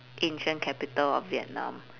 ancient capital of vietnam